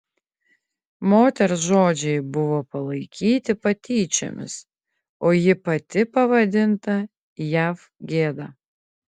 moters žodžiai buvo palaikyti patyčiomis o ji pati pavadinta jav gėda